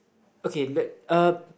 okay let uh